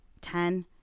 ten